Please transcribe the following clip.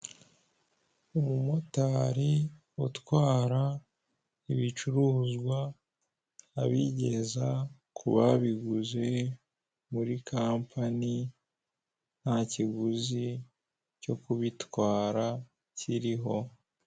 Umu motari utwara ibicuruzwa abigeza kubabiguze muri kampani ntakiguzi cyo kubitwara kiriho.